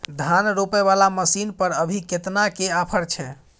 धान रोपय वाला मसीन पर अभी केतना के ऑफर छै?